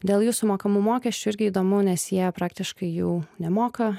dėl jų sumokamų mokesčių irgi įdomu nes jie praktiškai jų nemoka